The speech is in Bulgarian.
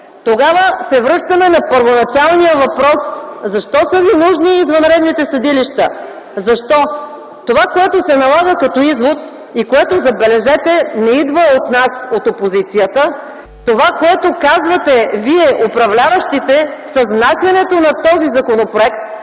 Тогава се връщаме на първоначалния въпрос: защо са ви нужни извънредните съдилища? Защо? Това, което се налага като извод и което, забележете, не идва от нас – от опозицията, това, което казвате на хората вие – управляващите, с внасянето на този законопроект и